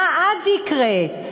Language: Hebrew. מה אז יקרה?